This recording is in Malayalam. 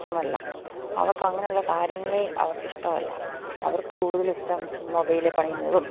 ഇഷ്ടമല്ല അവർക്കങ്ങനെയുള്ള കാര്യങ്ങൾ അവർക്കിഷ്ടമല്ല അവർക്ക് കൂടുതലിഷ്ടം മൊബൈലിൽ പണിയുന്നതും